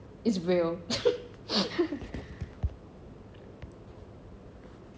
it's real